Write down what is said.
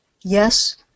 Yes